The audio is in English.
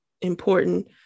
important